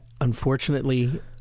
unfortunately